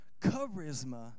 charisma